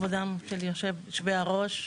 כבוד יושבי הראש,